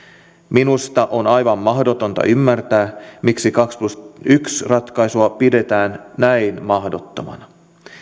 minusta on aivan mahdotonta ymmärtää miksi kaksitoista plus yksi ratkaisua pidetään näin mahdottomana